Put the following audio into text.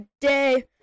day